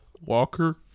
Walker